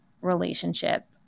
relationship